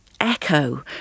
echo